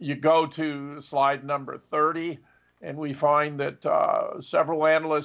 you go to slide number thirty and we find that several analyst